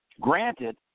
granted